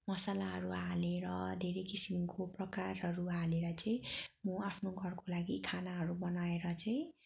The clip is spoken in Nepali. मसलाहरू हालेर धेरै किसिमको प्रकारहरू हालेर चाहिँ म आफ्नो घरको लागि खानाहरू बनाएर चाहिँ